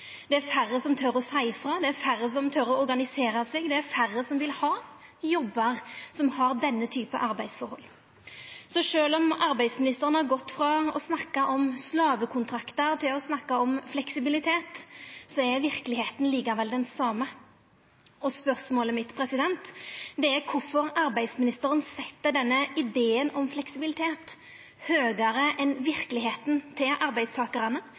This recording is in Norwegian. Det er færre som torer å seia frå, det er færre som torer å organisera seg, det er færre som vil ha jobbar med denne typen arbeidsforhold. Så sjølv om arbeidsministeren har gått frå å snakka om slavekontraktar til å snakka om fleksibilitet, er verkelegheita den same. Spørsmålet mitt er: Kvifor set arbeidsministeren denne ideen om fleksibilitet høgare enn verkelegheita til arbeidstakarane,